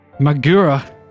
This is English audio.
Magura